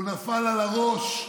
הוא נפל על הראש,